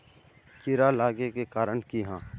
कीड़ा लागे के कारण की हाँ?